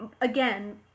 again